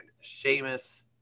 Sheamus